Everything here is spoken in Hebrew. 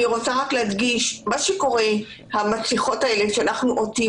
אני רק רוצה להדגיש: המסכות האלה שאנחנו עוטים